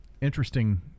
interesting